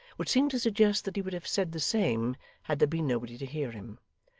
which seemed to suggest that he would have said the same had there been nobody to hear him.